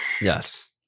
yes